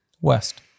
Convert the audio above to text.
West